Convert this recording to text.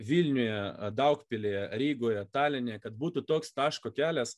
vilniuje daugpilyje rygoje taline kad būtų toks taško kelias